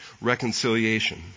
reconciliation